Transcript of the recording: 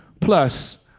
plus.